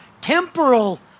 temporal